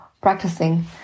practicing